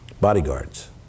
bodyguards